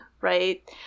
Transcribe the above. right